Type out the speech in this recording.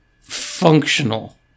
functional